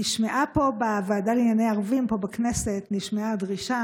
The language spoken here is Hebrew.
נשמעה בוועדה לענייני ערבים פה בכנסת דרישה